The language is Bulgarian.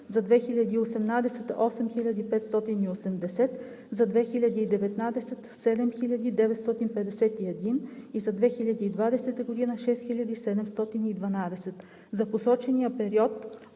за 2018 г. – 8580; за 2019 г. – 7951; и за 2020 г. – 6712. За посочения период –